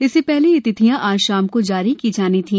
इससे पहले ये तिथियां आज शाम को जारी की जानी थी